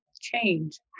change